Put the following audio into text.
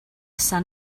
sun